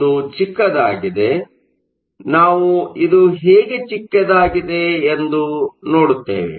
ಒಂದು ಚಿಕ್ಕದಾಗಿದೆ ನಾವು ಇದು ಹೇಗೆ ಚಿಕ್ಕದಾಗಿದೆ ಎಂದು ನೋಡುತ್ತೇವೆ